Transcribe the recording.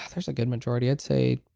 there's a good majority. i'd say